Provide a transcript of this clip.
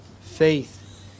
faith